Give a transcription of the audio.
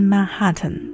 Manhattan